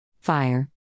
Fire